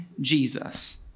Jesus